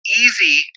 easy